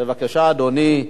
בבקשה, אדוני,